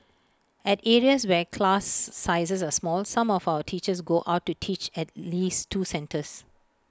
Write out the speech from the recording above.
at areas where class sizes are small some of our teachers go out to teach at least two centres